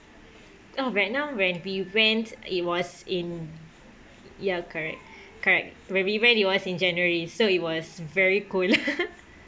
oh vietnam when we went it was in ya correct correct when we went it was in january so it was very cold